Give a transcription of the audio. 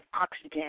Oxygen